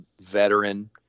veteran